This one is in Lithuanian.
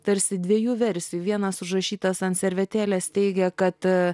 tarsi dviejų versijų vienas užrašytas ant servetėlės teigia kad